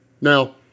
Now